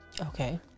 Okay